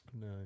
No